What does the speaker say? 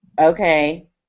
okay